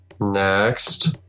Next